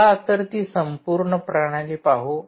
तर चला ती संपूर्ण प्रणाली पाहू